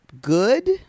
good